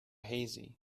hazy